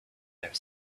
their